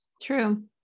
True